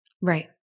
Right